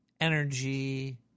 energy